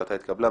ההחלטה התקבלה.